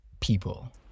people